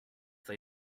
they